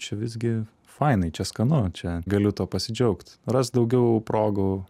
čia visgi fainai čia skanu čia galiu tuo pasidžiaugt rast daugiau progų